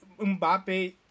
Mbappe